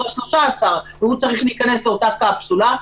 ה-13 והוא צריך להיכנס לאותה קפסולה,